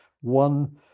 one